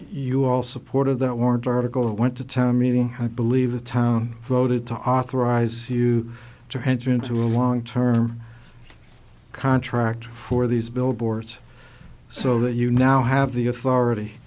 you all supported that warrant article went to town meeting i believe the town voted to authorize you to hedge into a long term contract for these billboards so that you now have the authority